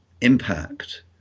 impact